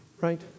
right